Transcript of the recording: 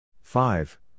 five